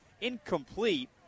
incomplete